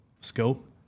scope